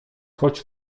choć